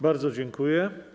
Bardzo dziękuję.